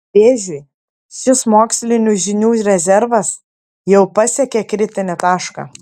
vėžiui šis mokslinių žinių rezervas jau pasiekė kritinį tašką